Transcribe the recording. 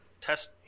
test